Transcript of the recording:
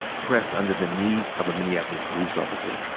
pressed under the knee of a minneapolis police officer.